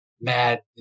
Mad